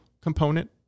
component